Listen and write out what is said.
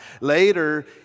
later